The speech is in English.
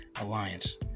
alliance